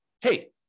hey